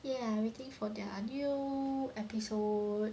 ya waiting for their new episode